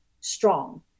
strong